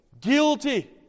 Guilty